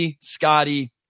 Scotty